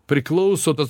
priklauso tas